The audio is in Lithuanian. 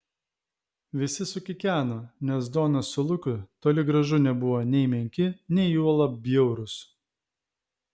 visi sukikeno nes donas su luku toli gražu nebuvo nei menki nei juolab bjaurūs